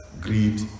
greed